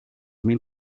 mil